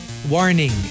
Warning